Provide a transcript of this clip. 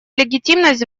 легитимность